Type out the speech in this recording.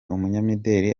umunyamideli